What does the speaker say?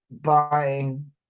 buying